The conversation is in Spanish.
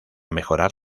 mejorar